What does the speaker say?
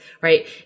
right